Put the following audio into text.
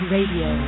Radio